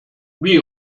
wie